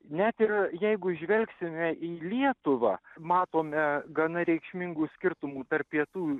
net ir jeigu žvelgsime į lietuvą matome gana reikšmingų skirtumų tarp pietų